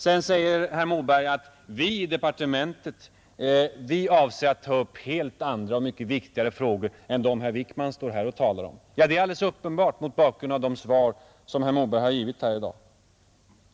Sedan säger herr Moberg att ”vi i departementet avser att ta upp helt andra och mycket viktigare frågor än dem som herr Wijkman talar om”. Ja, det är alldeles uppenbart mot bakgrunden av det svar som herr Moberg har givit i dag.